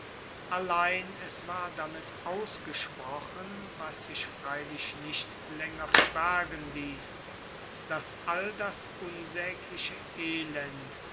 allein es war damit ausgesprochen was sich freilich nicht laenger verbergen liess dass all das unsaegliche elend